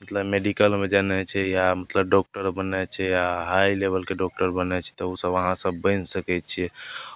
मतलब मेडिकलमे जेनाइ छै या मतलब डॉक्टर बननाइ छै या हाइ लेबलके डॉक्टर बननाइ छै तऽ ओसभ अहाँसभ बनि सकै छियै